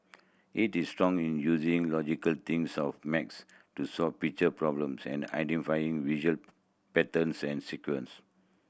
he strong in using logical thinks of max to solve picture problems and identifying visual patterns and sequence